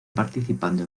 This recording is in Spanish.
participando